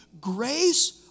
grace